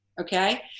okay